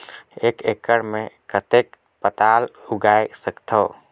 एक एकड़ मे कतेक पताल उगाय सकथव?